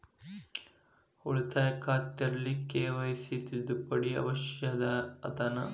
ಉಳಿತಾಯ ಖಾತೆ ತೆರಿಲಿಕ್ಕೆ ಕೆ.ವೈ.ಸಿ ತಿದ್ದುಪಡಿ ಅವಶ್ಯ ಅದನಾ?